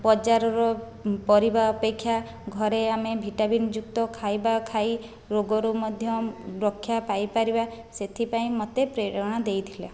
ବଜାରର ପରିବା ଅପେକ୍ଷା ଘରେ ଆମେ ଭିଟାମିନ୍ ଯୁକ୍ତ ଖାଇବା ଖାଇ ରୋଗରୁ ମଧ୍ୟ ରକ୍ଷା ପାଇପାରିବା ସେଥିପାଇଁ ମତେ ପ୍ରେରଣା ଦେଇଥିଲା